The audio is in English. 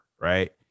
right